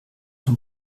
von